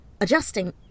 Adjusting